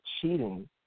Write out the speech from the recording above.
cheating